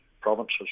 provinces